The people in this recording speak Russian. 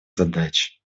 задач